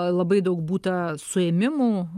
labai daug būta suėmimų